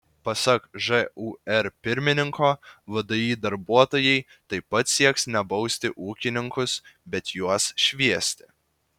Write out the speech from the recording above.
pasak žūr pirmininko vdi darbuotojai taip pat sieks ne bausti ūkininkus bet juos šviesti